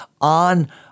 on